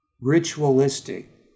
ritualistic